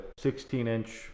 16-inch